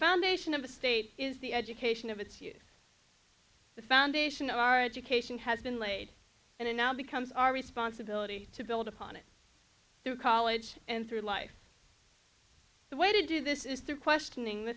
foundation of the state is the education of its you the foundation of our education has been laid and it now becomes our responsibility to build upon it through college and through life the way to do this is through questioning the